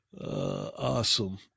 Awesome